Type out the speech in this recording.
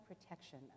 protection